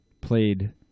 played